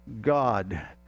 God